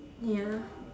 ya